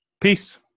Peace